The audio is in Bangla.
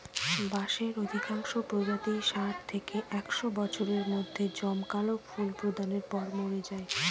বাঁশের অধিকাংশ প্রজাতিই ষাট থেকে একশ বছরের মধ্যে জমকালো ফুল প্রদানের পর মরে যায়